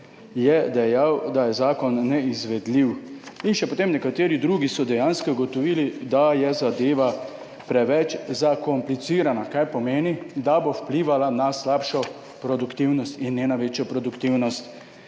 je dejal, da je zakon neizvedljiv in še potem nekateri drugi so dejansko ugotovili, da je zadeva preveč zakomplicirana kaj pomeni, da bo vplivala na slabšo produktivnost in ne na večjo produktivnost